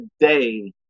today